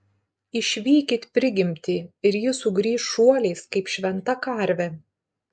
išvykit prigimtį ir ji sugrįš šuoliais kaip šventa karvė